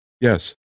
Yes